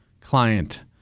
client